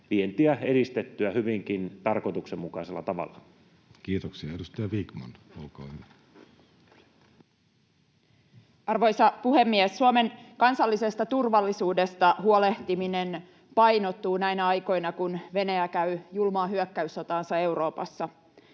vientiä edistettyä hyvinkin tarkoituksenmukaisella tavalla? Kiitoksia. — Edustaja Vikman, olkaa hyvä. Arvoisa puhemies! Suomen kansallisesta turvallisuudesta huolehtiminen painottuu näinä aikoina, kun Venäjä käy julmaa hyökkäyssotaansa Euroopassa.